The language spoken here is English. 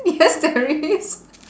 yes there is